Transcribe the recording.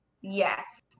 Yes